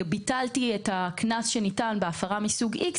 ביטלתי את הקנס שניתן בהפרה מסוג X,